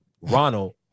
Ronald